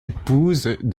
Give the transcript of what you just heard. épouse